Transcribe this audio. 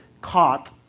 caught